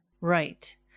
Right